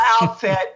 outfit